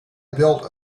built